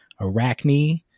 Arachne